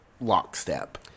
lockstep